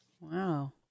Wow